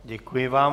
Děkuji vám.